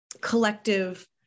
collective